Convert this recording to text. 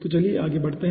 तो चलिए आगे बढ़ते हैं